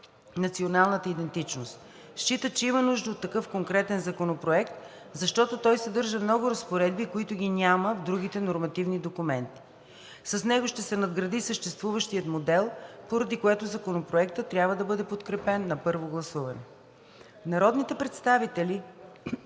националната идентичност. Считат, че има нужда от такъв конкретен законопроект, защото той съдържа много разпоредби, които ги няма в другите нормативни документи. С него ще се надгради съществуващият модел, поради което Законопроектът трябва да бъде подкрепен на първо гласуване. Народните представители